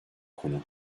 konu